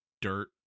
dirt